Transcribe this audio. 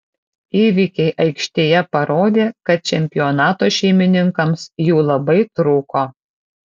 įvykiai aikštėje parodė kad čempionato šeimininkams jų labai trūko